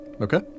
okay